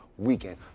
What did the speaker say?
Weekend